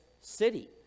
city